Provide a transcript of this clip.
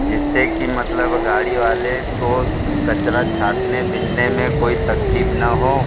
जिससे कि मतलब गाड़ी वाले को कचरा छाटने बिनने में कोई तकलीफ़ ना हो